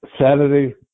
Saturday